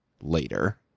later